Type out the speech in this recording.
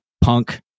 punk